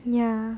ya